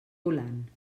volant